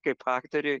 kaip aktoriui